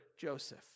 Joseph